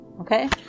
okay